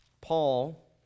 Paul